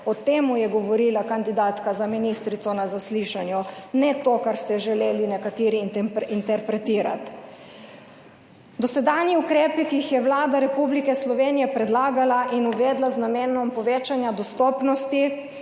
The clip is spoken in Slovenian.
O tem je govorila kandidatka za ministrico na zaslišanju, ne to, kar ste želeli nekateri interpretirati. Dosedanji ukrepi, ki jih je Vlada Republike Slovenije predlagala in uvedla z namenom povečanja dostopnosti